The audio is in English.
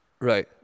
Right